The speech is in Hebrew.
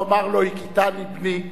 לא אומר לו: הכיתני בני,